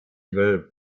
three